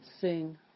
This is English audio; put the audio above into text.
Sing